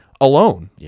alone